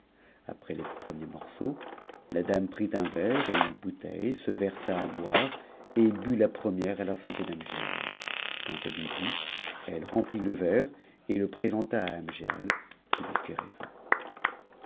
après les premiers morceaux la dame prit un verre et une bouteille se versa à boire et but la première à la santé d'amgiad quand elle eut bu elle remplit le verre et le présenta i amgiad qui lui